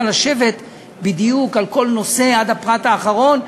לשבת בדיוק על כל נושא עד הפרט האחרון?